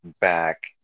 back